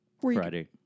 Friday